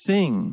Sing